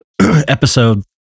Episode